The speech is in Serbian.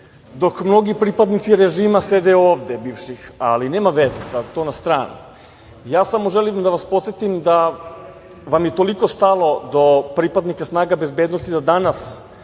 dok mnogi pripadnici režima sede ovde, bivših, ali nema veze. Sada to na stranu. Ja samo želim da vas podsetim da vam je toliko stalo do pripadnika snaga bezbednosti da danas